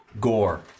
gore